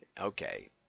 Okay